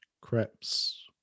Crepes